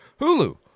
Hulu